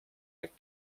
jak